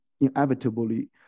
inevitably